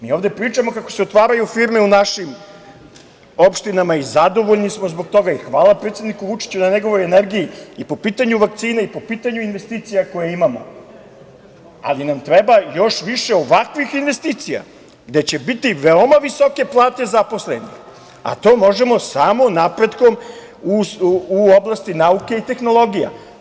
Mi ovde pričamo kako se otvaraju firme u našim opštinama i zadovoljni smo zbog toga i hvala predsedniku Vučiću na njegovoj energiji po pitanju vakcina i po pitanju investicija koje imamo, ali nam treba još više ovakvih investicija, gde će biti veoma visoke plate zaposlenih, a to možemo samo napretkom u oblasti nauke i tehnologija.